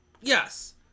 yes